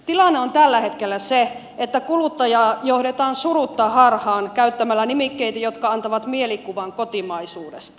tilanne on tällä hetkellä se että kuluttajaa johdetaan surutta harhaan käyttämällä nimikkeitä jotka antavat mielikuvan kotimaisuudesta